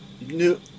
new